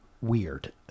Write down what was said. weird